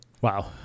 Wow